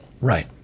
Right